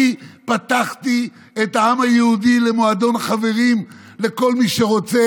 אני פתחתי את העם היהודי למועדון חברים לכל מי שרוצה?